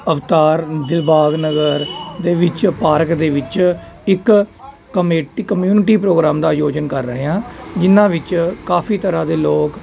ਅਵਤਾਰ ਦਿਲਬਾਗ ਨਗਰ ਦੇ ਵਿੱਚ ਪਾਰਕ ਦੇ ਵਿੱਚ ਇੱਕ ਕਮੇਟੀ ਕੰਮਿਊਨਟੀ ਪ੍ਰੋਗਰਾਮ ਦਾ ਆਯੋਜਨ ਕਰ ਰਹੇ ਹਾਂ ਜਿਨ੍ਹਾਂ ਵਿੱਚ ਕਾਫੀ ਤਰ੍ਹਾਂ ਦੇ ਲੋਕ